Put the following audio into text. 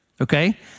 okay